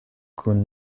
kun